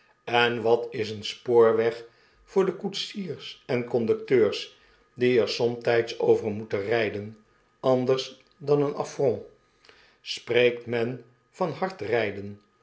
en wat is een spoorweg voor de koetsiers en conducteurs die er somtijds over moeten rijden anders dan een affront spreekt men van hard rijden